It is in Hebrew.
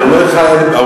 אני אומר לך את העובדות,